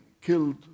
killed